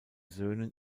söhnen